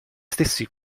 stessi